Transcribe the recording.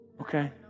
Okay